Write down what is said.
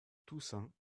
toussaint